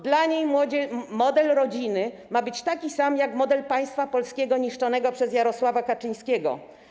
Dla niej model rodziny ma być taki sam, jak model państwa polskiego niszczonego przez Jarosława Kaczyńskiego.